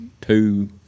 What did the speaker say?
two